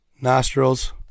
nostrils